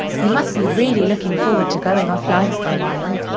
you must be really looking forward to going off-line for a while.